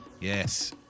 Yes